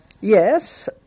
Yes